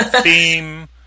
theme